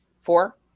Four